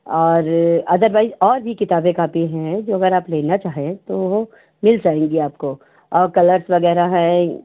और अदरवाइज और भी किताबें कॉपी हैं जो अगर आप लेना चाहे तो मिल जाएंगी आपको और कलर्स वगैरह हैं